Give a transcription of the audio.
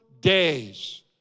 days